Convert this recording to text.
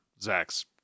Zack's